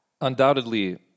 Undoubtedly